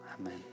Amen